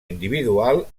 individual